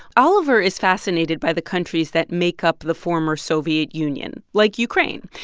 oliver is fascinated by the countries that make up the former soviet union, like ukraine.